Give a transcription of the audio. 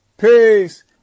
Peace